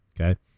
Okay